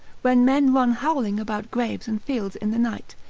when men run howling about graves and fields in the night,